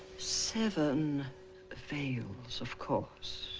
seven veils of course